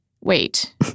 wait